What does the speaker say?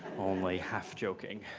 only half-joking.